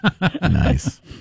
Nice